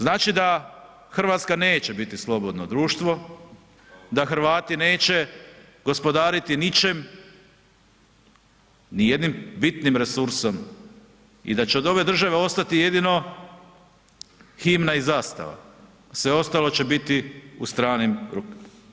Znači da RH neće biti slobodno društvo, da Hrvati neće gospodariti ničem, ni jednim bitnim resursom i da će od ove države ostati jedino himna i zastava, sve ostalo će biti u stranim rukama.